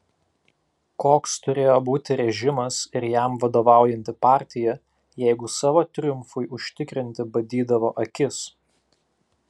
koks turėjo būti režimas ir jam vadovaujanti partija jeigu savo triumfui užtikrinti badydavo akis